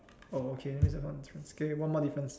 oh okay that means I okay one more difference